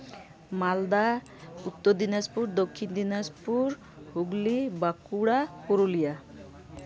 Malda Uttar Dinajpur Dakshin Dinajpur Hooghly Bankura Purulia